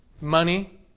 money